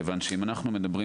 מכיוון שאם אנחנו מדברים